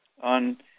on